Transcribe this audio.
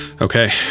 Okay